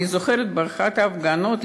אני זוכרת שבאחת ההפגנות,